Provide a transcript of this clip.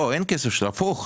לא אין כסף הפוך.